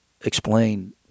explain